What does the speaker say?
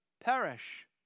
perish